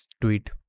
tweet